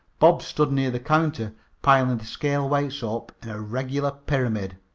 bob stood near the counter piling the scale weights up in a regular pyramid.